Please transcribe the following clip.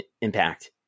Impact